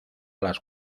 las